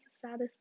saddest